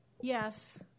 Yes